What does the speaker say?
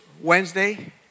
Wednesday